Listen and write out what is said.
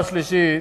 הערה שלישית,